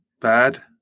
Bad